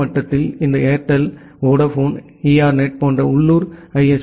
எனவே கீழ் மட்டத்தில் இந்த ஏர்டெல் வோடபோன் எர்னெட் போன்ற உள்ளூர் ஐ